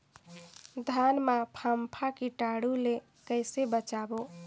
धान मां फम्फा कीटाणु ले कइसे बचाबो?